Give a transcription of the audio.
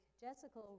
Jessica